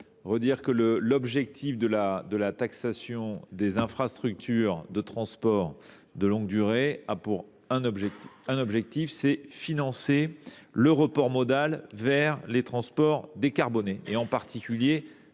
du Gouvernement ? La taxation des infrastructures de transport de longue durée a un objectif : financer le report modal vers les transports décarbonés, en particulier